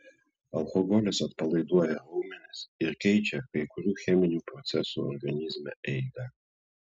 alkoholis atpalaiduoja raumenis ir keičia kai kurių cheminių procesų organizme eigą